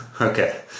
Okay